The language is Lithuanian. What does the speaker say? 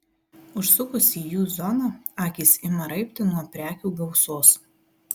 užsukus į jų zoną akys ima raibti nuo prekių gausos